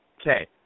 Okay